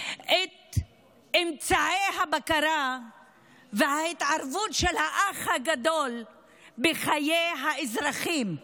את אמצעי הבקרה וההתערבות של האח הגדול בחיי האזרחים,